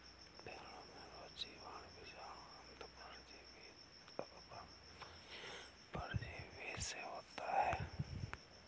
भेंड़ों में रोग जीवाणु, विषाणु, अन्तः परजीवी और बाह्य परजीवी से होता है